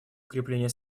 укрепление